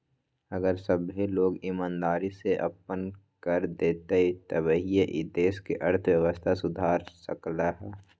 अगर सभ्भे लोग ईमानदारी से अप्पन कर देतई तभीए ई देश के अर्थव्यवस्था सुधर सकलई ह